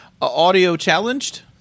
audio-challenged